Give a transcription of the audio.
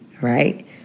Right